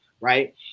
right